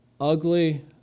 ugly